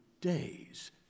days